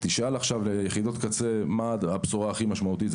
תשאל עכשיו ביחידות קצה, מה הבשורה הכי משמעותית?